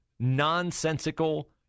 nonsensical